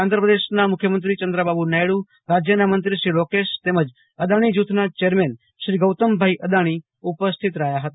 આ પ્રસંગે આંધપ્રદેશના મુખ્યમંત્રી શ્રી ચંદ્રાબાબુ નાયડુરાજ્યના મંત્રી શ્રી લોકેશ તેમજ અદાની જૂથના ચેરમેન શ્રી ગૌતમભાઈ અદાણી ઉપસ્થિત રહ્યા હતા